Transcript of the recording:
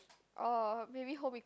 oh maybe home econs